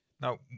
Now